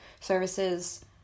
services